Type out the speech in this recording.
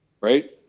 Right